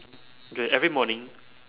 okay every morning